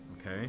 okay